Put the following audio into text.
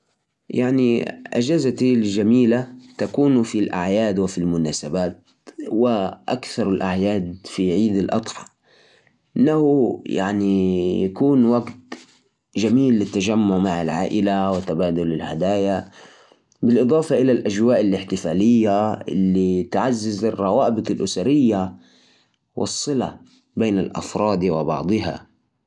إجازتي المفضلة هي عيد الفطر. نستمتع بالإحتفال فيها لأنه يجمع العائلة والأصدقاء. ونشارك الفرح والبركة بعد شهر رمضان. كمان أحب الأجواء الإحتفالية والأكل اللذيذ وزيارة الأقارب. العيد يجسد معاني المحبة والتسامح. بيخليني أشعر بالسعادة والإمتنان.